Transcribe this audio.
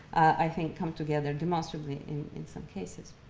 i think come together, demonstrably in in some cases.